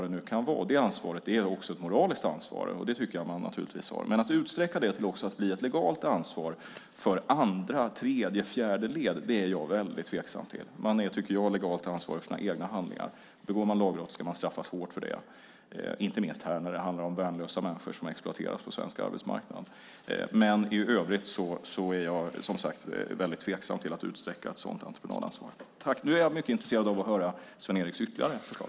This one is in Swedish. Det är ett moraliskt ansvar, och det har man naturligtvis. Men att utsträcka det till att också bli ett legalt ansvar för andra, tredje och fjärde led är jag mycket tveksam till. Man är legalt ansvarig för sina egna handlingar. Begår man lagbrott ska man straffas hårt för det. Inte minst när det handlar om värnlösa människor som exploateras på svensk arbetsmarknad. I övrigt är jag, som sagt, mycket tveksam till att utsträcka ett sådant entreprenadansvar. Nu är jag mycket intresserad av att höra Sven-Eriks ytterligare förslag.